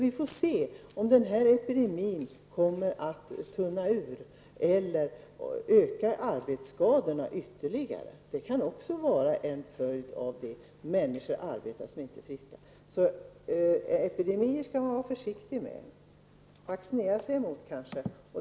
Vi får se om epidemin kommer att tunna ut eller om arbetsskadorna ökar ytterligare; det kan också bli en följd av att människor arbetar när de inte är friska. Epidemier skall man vara försiktig med; kanske vaccinera sig emot.